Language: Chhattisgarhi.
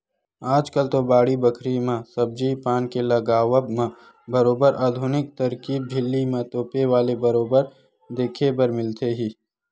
आजकल तो बाड़ी बखरी म सब्जी पान के लगावब म बरोबर आधुनिक तरकीब झिल्ली म तोपे वाले बरोबर देखे बर मिलथे ही